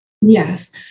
Yes